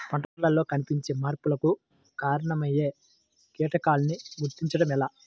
పంటలలో కనిపించే మార్పులకు కారణమయ్యే కీటకాన్ని గుర్తుంచటం ఎలా?